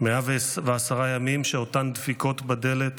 110 ימים שאותן דפיקות בדלת